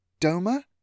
Doma